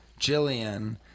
Jillian